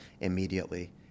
immediately